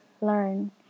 learn